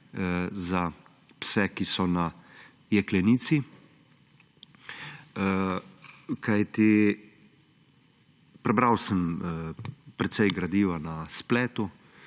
za pse, ki so na jeklenici, kajti prebral sem precej gradiva na spletu,